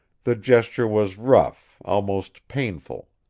the gesture was rough, almost painful.